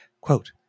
quote